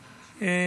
הינה,